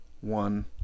one